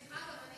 סליחה, גם אני